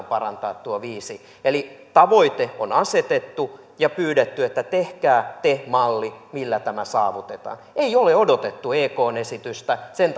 parantaa tuo viisi eli tavoite on asetettu ja on pyydetty että tehkää te malli millä tämä saavutetaan ei ole odotettu ekn esitystä sen